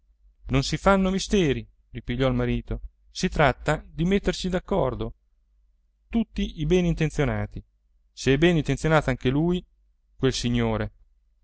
non si fanno misteri ripigliò il marito si tratta di metterci d'accordo tutti i bene intenzionati se è bene intenzionato anche lui quel signore